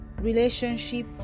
relationship